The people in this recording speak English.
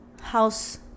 house